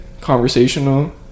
conversational